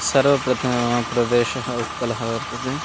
सर्वप्रथममेव प्रदेशः उत्कलः वर्तते